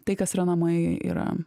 tai kas yra namai yra